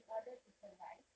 in order to survive